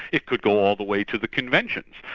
it could go all the way to the conventions.